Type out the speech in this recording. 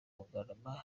bugarama